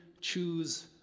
choose